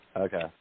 Okay